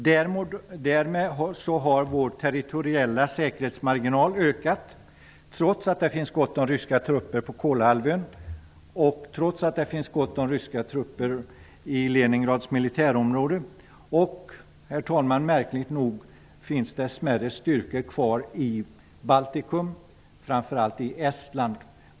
Därmed har vår territoriella säkerhetsmarginal ökat, trots att det finns gott om ryska trupper på Märkligt nog, herr talman, finns det en del smärre styrkor kvar i Baltikum, framför allt i Estland.